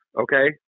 okay